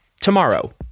tomorrow